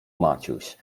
maciuś